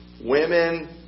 women